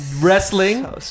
wrestling